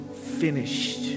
finished